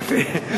יפה.